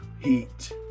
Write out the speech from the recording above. heat